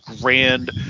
grand